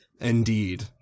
Indeed